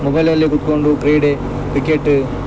mobile ಅಲ್ಲೆ ಕುತ್ಕೊಂಡು ಕ್ರೀಡೆ ಕ್ರಿಕೆಟ